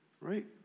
right